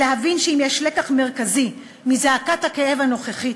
ולהבין שאם יש לקח מרכזי מזעקת הכאב הנוכחית,